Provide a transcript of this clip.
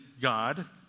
God